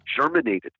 germinated